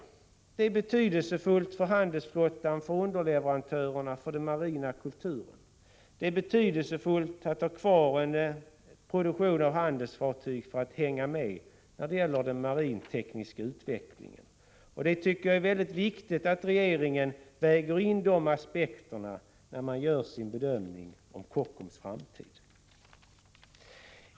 Varvet är av betydelse för handelsflottan, för underleverantörerna, för den marina kulturen. Det är betydelsefullt att ha kvar en produktion av handelsfartyg för att hänga medi den marin-tekniska utvecklingen. Jag tycker att det är mycket viktigt att regeringen väger in dessa aspekter när man gör sin bedömning om Kockums framtid.